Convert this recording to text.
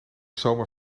zomaar